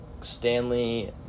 stanley